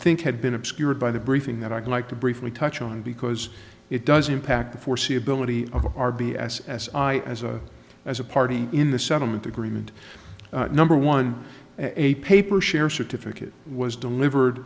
think had been obscured by the briefing that i'd like to briefly touch on because it does impact the foreseeability of r b s as i as a as a party in the settlement agreement number one a paper share certificate was delivered